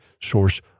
source